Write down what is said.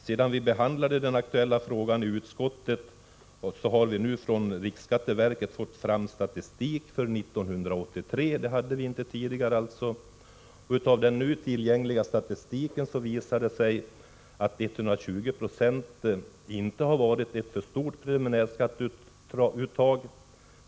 Sedan vi behandlade den aktuella frågan i utskottet har vi från riksskatteverket fått fram statistik för 1983. Den nu tillgängliga statistiken visar att 120 26 inte har varit ett för stort preliminärskatteuttag.